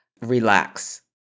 relax